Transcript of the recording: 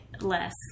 less